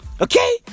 Okay